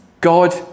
God